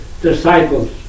disciples